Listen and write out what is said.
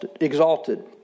exalted